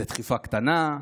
זה דחיפה קטנה?